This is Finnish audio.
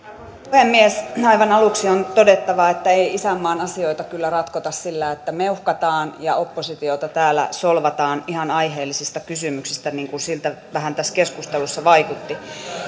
puhemies aivan aluksi on todettava että ei isänmaan asioita kyllä ratkota sillä että meuhkataan ja oppositiota täällä solvataan ihan aiheellisista kysymyksistä niin kuin siltä tässä keskustelussa vähän vaikutti